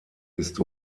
ist